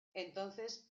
entonces